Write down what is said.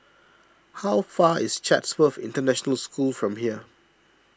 how far is Chatsworth International School from here